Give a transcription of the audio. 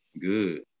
good